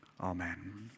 amen